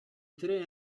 tre